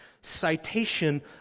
citation